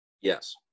Yes